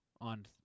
on